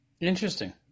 Interesting